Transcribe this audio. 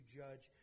judge